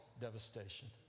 devastation